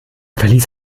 verlies